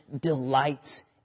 delights